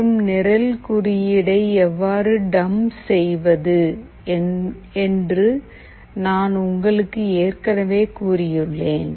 மற்றும் நிரல் குறியீடை எவ்வாறு டம்ப் செய்வது என்று நான் உங்களுக்கு ஏற்கனவே கூறியுள்ளேன்